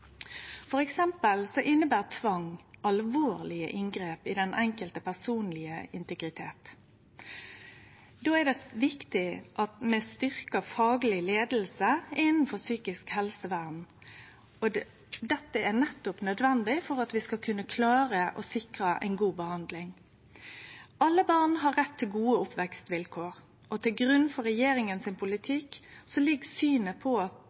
inneber tvang alvorlege inngrep i den personlege integriteten til den enkelte. Då er det viktig at vi styrkjer fagleg leiing innanfor psykisk helsevern, og dette er nettopp nødvendig for at vi skal kunne klare å sikre ei god behandling. Alle barn har rett til gode oppvekstvilkår. Til grunn for regjeringas politikk ligg synet på